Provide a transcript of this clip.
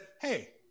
hey